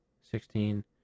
sixteen